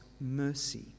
mercy